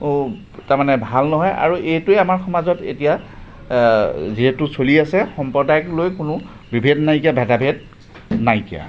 অ' তাৰমানে ভাল নহয় আৰু এইটোৱে আমাৰ সমাজত এতিয়া যিহেতু চলি আছে সম্প্ৰদায়ক লৈ কোনো বিভেদ নাইকিয়া ভেদাভেদ নাইকিয়া